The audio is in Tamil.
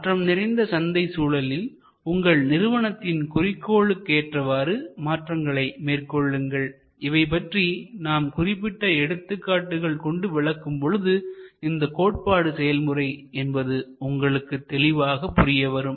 மாற்றம் நிறைந்த சந்தை சூழலில் உங்கள் நிறுவனத்தின் குறிக்கோளுக்கு ஏற்றவாறு மாற்றங்களை மேற்கொள்ளுங்கள் இவை பற்றி நாம் குறிப்பிட்ட எடுத்துக்காட்டுகள் கொண்டு விளக்கும் பொழுது இந்த கோட்பாடு செயல்முறை என்பது உங்களுக்கு தெளிவாக புரிய வரும்